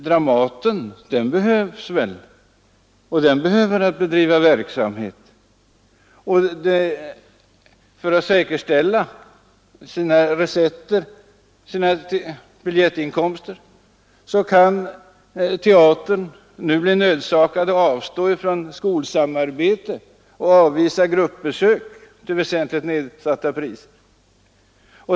Dramaten behövs väl! Och man behöver kunna bedriva verksamhet där. För att säkerställa sina biljettinkomster kan teatern bli nödsakad att avstå från skolsamarbetet och att avvisa gruppbesök till väsentligt nedsatta priser.